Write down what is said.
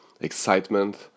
excitement